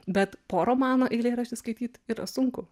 bet po romano eilėraštį skaityt yra sunku